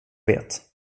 vet